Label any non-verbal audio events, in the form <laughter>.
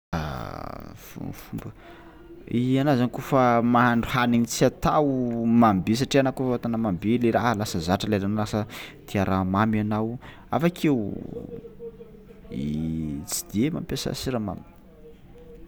<hesitation> <unintelligible> Ianao zany kaofa mahandro hanigny tsy atao mamibe satria anà kôa atanà mamibe le raha lasa zatra lelanao lasa tia raha mamy ianao avy akeo <hesitation> tsy de mampiasa siramamy.